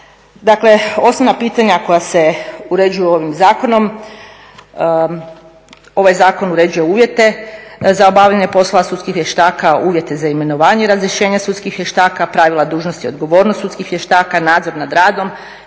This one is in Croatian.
Dakle, osnovna pitanja koja se uređuju ovim zakonom, ovaj zakon uređuje uvjete za obavljanje poslova sudskih vještaka, uvjete za imenovanje i razrješenje sudskih vještaka, pravila dužnosti i odgovornost sudskih vještaka, nadzor nad radom